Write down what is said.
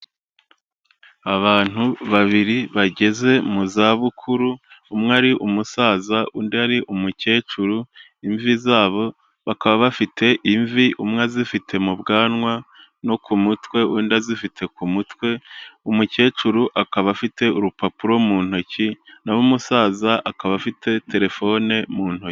Abantu babiri bageze mu zabukuru, umwe ari umusaza, undi ari umukecuru imvi zabo bakaba bafite imvi umwe azifite mu bwanwa no ku mutwe, undi azifite ku mutwe, umukecuru akaba afite urupapuro mu ntoki naho umusaza akaba afite telefone mu ntoki.